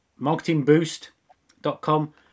marketingboost.com